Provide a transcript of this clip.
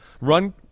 Run